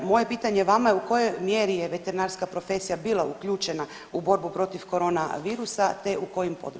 Moje pitanje vama je u kojoj mjeri je veterinarska profesija bila uključena u borbu protiv korona virusa te u kojim područjima?